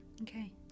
Okay